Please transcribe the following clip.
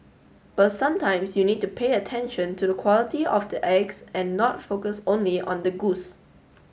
but sometimes you need to pay attention to the quality of the eggs and not focus only on the goose